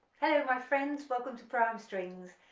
hello my friends, welcome to pro am strings.